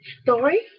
story